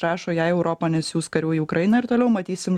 rašo jei europa nesiųs karių į ukrainą ir toliau matysim